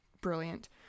brilliant